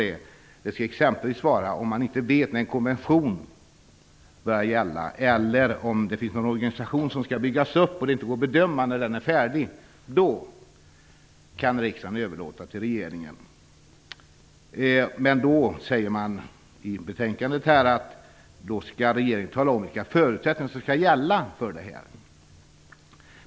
Det kan t.ex. vara om man inte vet när en konvention skall träda i kraft eller om en organisation skall byggas upp och det inte går att bedöma när den blir färdig. Då kan riksdagen överlåta beslutet till regeringen. Men det framgår av betänkandet att regeringen skall tala om vilka förutsättningar som skall gälla.